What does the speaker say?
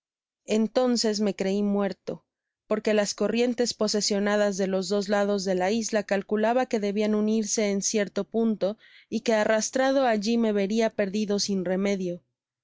entonces me crei muerto porque las corrientes posesionadas de los dos lados de ia isla calculaba que debian unirse en cierto punto y que arrastrado alli me veria perdido sin remedio